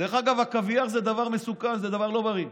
דרך אגב, קוויאר זה דבר מסוכן, זה דבר לא בריא,